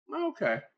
okay